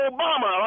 Obama